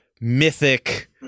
mythic